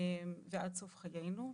ועד סוף חיינו.